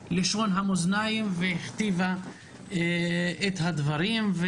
היא לשון המאזניים ומכתיבה את הדברים.